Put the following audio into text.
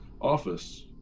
office